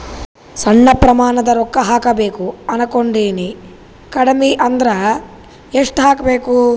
ಸಣ್ಣ ಪ್ರಮಾಣದ ರೊಕ್ಕ ಹಾಕಬೇಕು ಅನಕೊಂಡಿನ್ರಿ ಕಡಿಮಿ ಅಂದ್ರ ಎಷ್ಟ ಹಾಕಬೇಕು?